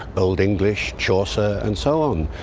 old english, chaucer and so on.